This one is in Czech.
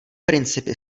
principy